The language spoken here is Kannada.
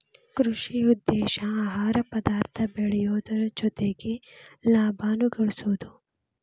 ಕೃಷಿ ಉದ್ದೇಶಾ ಆಹಾರ ಪದಾರ್ಥ ಬೆಳಿಯುದು ಜೊತಿಗೆ ಲಾಭಾನು ಗಳಸುದು